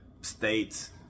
states